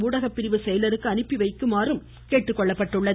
ஊடக பிரிவு செயலருக்கு அனுப்பிவைக்குமாறு கேட்டுக்கொள்ளப்பட்டுள்ளது